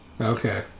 Okay